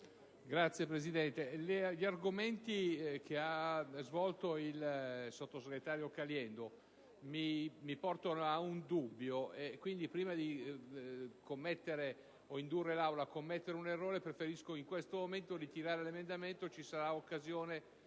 Signora Presidente, gli argomenti che ha svolto il sottosegretario Caliendo mi portano ad un dubbio. Quindi, prima di commettere - o indurre l'Assemblea a commettere - un errore, preferisco in questo momento ritirare l'emendamento. Ci sarà un'altra